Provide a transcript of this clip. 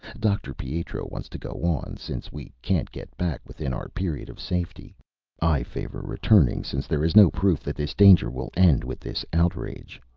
dr. pietro wants to go on, since we can't get back within our period of safety i favor returning, since there is no proof that this danger will end with this outrage.